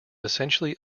essentially